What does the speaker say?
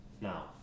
Now